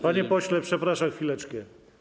Panie pośle, przepraszam, chwileczkę.